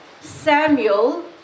Samuel